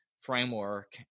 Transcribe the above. framework